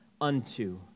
unto